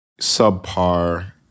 subpar